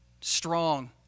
strong